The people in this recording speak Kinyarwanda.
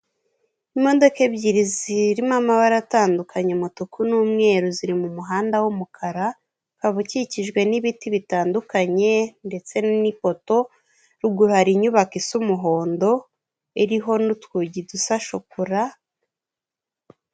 Imodoka ebyiri zirimo amabara atandukanye, umutuku n'umweru ziri mumuhanda wumukara ukaba ukikijwe n'ibiti bitandukanye, ndetse n'poto, ruguru hari inyubako isa umuhondo iriho n'utwugi dusa shokora.